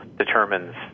determines